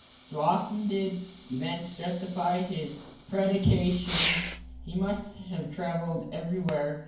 so often did events justify his predictions. he must have travelled everywhere,